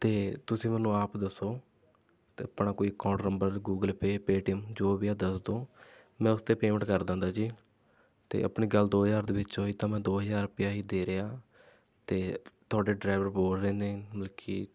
ਅਤੇ ਤੁਸੀਂ ਮੈਨੂੰ ਆਪ ਦੱਸੋ ਅਤੇ ਆਪਣਾ ਕੋਈ account number Google Pay Paytm ਜੋ ਵੀ ਆ ਦੱਸ ਦਿਉ ਮੈਂ ਉਸ 'ਤੇ ਪੇਮੈਂਟ ਕਰ ਦਿੰਦਾ ਜੀ ਅਤੇ ਆਪਣੀ ਗੱਲ ਦੋ ਹਜ਼ਾਰ ਦੇ ਵਿੱਚ ਹੋਈ ਤਾਂ ਮੈਂ ਦੋ ਹਜ਼ਾਰ ਰੁਪਇਆ ਹੀ ਦੇ ਰਿਹਾ ਅਤੇ ਤੁਹਾਡੇ ਡਰਾਈਵਰ ਬੋਲ ਰਹੇ ਨੇ ਮਤਲਬ ਕਿ